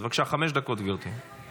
בבקשה, חמש דקות, גברתי.